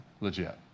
legit